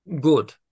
good